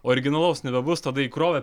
originalaus nebebus tada įkrovė